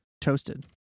toasted